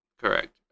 correct